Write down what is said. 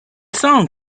song